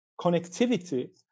connectivity